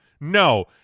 No